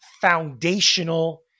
foundational